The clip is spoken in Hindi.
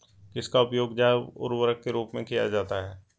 किसका उपयोग जैव उर्वरक के रूप में किया जाता है?